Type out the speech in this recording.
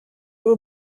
were